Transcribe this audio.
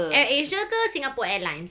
AirAsia ke Singapore Airlines